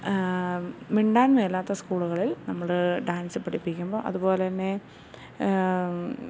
മിണ്ടാൻ മേലാത്ത സ്കൂളുകളിൽ നമ്മൾ ഡാൻസ് പഠിപ്പിക്കുമ്പോൾ അതുപോലെത്തന്നെ